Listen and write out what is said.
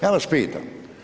Ja vas pitam.